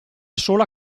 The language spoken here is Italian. sola